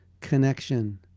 connection